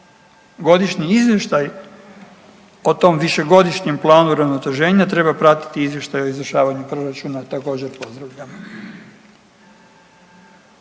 Godišnji izvještaj o tome višegodišnjem planu uravnoteženja treba pratiti izvještaj o izvršavanju proračuna, također …/Govornik